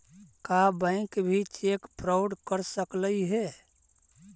का बैंक भी cheque fraud कर सकलई हे?